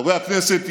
חברי הכנסת,